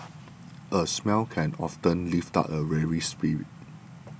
a smile can often lift up a weary spirit